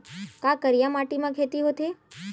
का करिया माटी म खेती होथे?